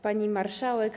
Pani Marszałek!